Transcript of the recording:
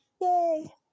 Yay